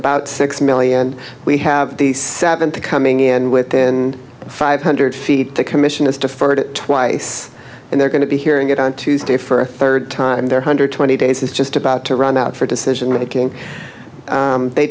about six million we have the seventy coming in within five hundred feet the commission has deferred it twice and they're going to be hearing it on tuesday for a third time their hundred twenty days is about to run out for decision making they